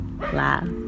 Laugh